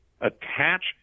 attach